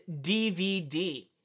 DVD